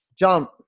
Jump